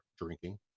drinking